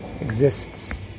exists